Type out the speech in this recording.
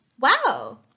Wow